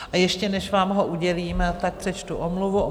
A ještě než vám ho udělím, tak přečtu omluvu.